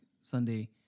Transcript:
Sunday